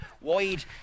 wide